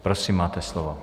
Prosím, máte slovo.